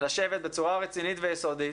לשבת בצורה רצינית ויסודית